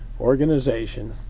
organization